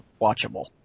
watchable